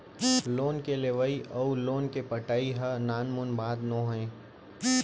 loan के लेवइ अउ लोन के पटाई ह नानमुन बात नोहे